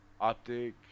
Optic